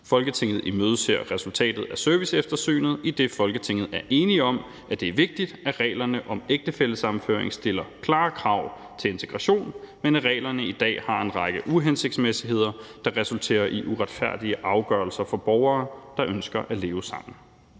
Folketinget imødeser resultatet af serviceeftersynet, idet Folketinget er enige om, at det er vigtigt, at reglerne om ægtefællesammenføring stiller klare krav til integration, men at reglerne i dag har en række uhensigtsmæssigheder, der resulterer i uretfærdige afgørelser for borgere, der ønsker at leve sammen.«